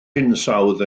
hinsawdd